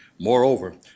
Moreover